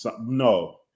No